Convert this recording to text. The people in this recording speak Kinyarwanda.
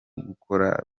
gukora